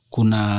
Kuna